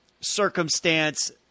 circumstance